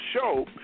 show